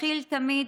אתחיל תמיד,